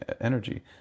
energy